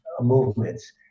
movements